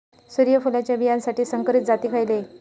सूर्यफुलाच्या बियानासाठी संकरित जाती खयले?